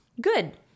Good